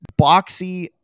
boxy